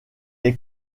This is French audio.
est